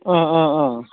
अ अ अ अ